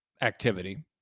activity